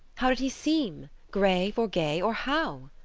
how did he seem grave, or gay, or how?